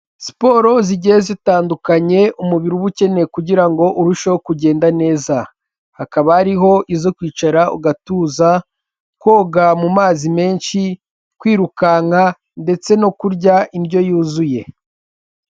Siporo zigiye zitandukanyekanye umubiri uba ukeneye kugira ngo urusheho kugenda neza. Hakaba hariho izo kwicara ugatuza, koga mu mazi menshi, kwirukanka ndetse no kurya indyo yuzuye.